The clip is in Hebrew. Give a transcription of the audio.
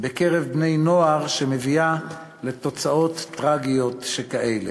בקרב בני-נוער, שמביאה לתוצאות טרגיות שכאלה.